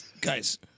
Guys